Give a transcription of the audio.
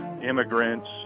immigrants